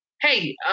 hey